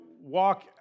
walk